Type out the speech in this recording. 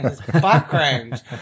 background